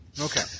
Okay